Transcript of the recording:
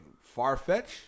far-fetched